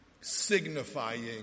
signifying